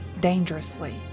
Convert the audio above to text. dangerously